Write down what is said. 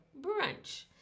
brunch